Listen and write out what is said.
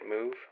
move